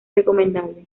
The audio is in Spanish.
recomendable